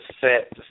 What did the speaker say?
set